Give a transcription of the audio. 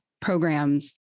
programs